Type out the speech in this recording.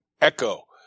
echo